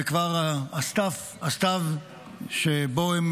וכבר הסתיו שבו הם